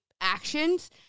actions